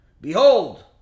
behold